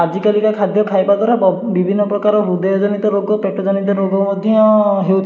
ଆଜିକାଲିକା ଖାଦ୍ୟ ଖାଇବା ଦ୍ୱାରା ବି ବିଭିନ୍ନ ପ୍ରକାର ହୃଦୟ ଜନିତ ରୋଗ ପେଟଜନିତ ରୋଗ ମଧ୍ୟ ହେଉଛି